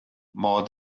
more